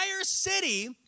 city